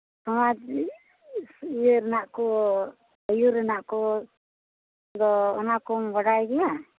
ᱱᱚᱣᱟ ᱤᱭᱟᱹ ᱨᱮᱱᱟᱜ ᱠᱚ ᱟᱭᱩᱨ ᱨᱮᱱᱟᱜ ᱠᱚᱫᱚ ᱚᱱᱟ ᱠᱚᱢ ᱵᱟᱰᱟᱭ ᱜᱮᱭᱟ